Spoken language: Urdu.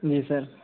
جی سر